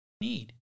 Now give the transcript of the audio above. need